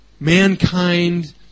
Mankind